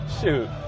Shoot